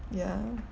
yeah